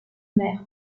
mer